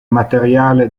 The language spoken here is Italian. materiale